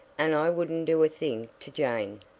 and i wouldn't do a thing to jane,